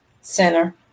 Center